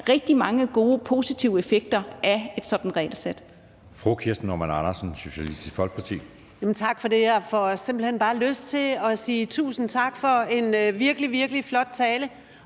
rigtig mange gode og positive effekter af et sådant regelsæt.